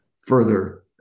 further